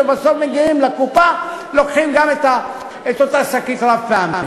ובסוף מגיעים לקופה ולוקחים גם את אותה שקית רב-פעמית.